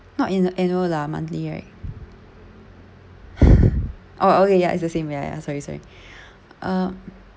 not in the annual lah monthly right oh okay ya it's the same ya ya sorry sorry uh